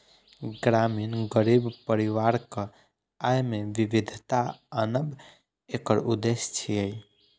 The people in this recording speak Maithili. ग्रामीण गरीब परिवारक आय मे विविधता आनब एकर उद्देश्य छियै